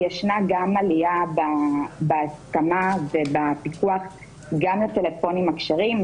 ישנה גם עליה בהסכמה ובפיקוח גם בטלפונים הכשרים.